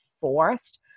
forced